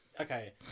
okay